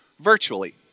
virtually